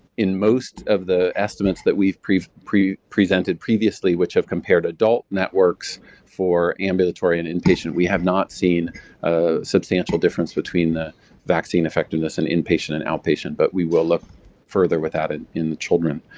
in most of the estimates that we've we've presented presented previously which have compared adult network for ambulatory and inpatient, we have not seen a substantial difference between the vaccine effectiveness in inpatient and outpatient, but we will look further with that in in the children.